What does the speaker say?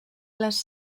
les